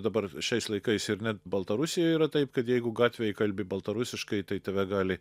dabar šiais laikais ir net baltarusijoj yra taip kad jeigu gatvėj kalbi baltarusiškai tai tave gali